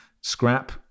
scrap